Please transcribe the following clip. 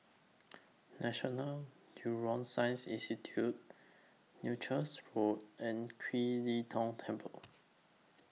National Neuroscience Institute Leuchars Road and Kiew Lee Tong Temple